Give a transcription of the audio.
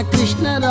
Krishna